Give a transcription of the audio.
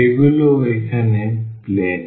এগুলো এখন প্লেন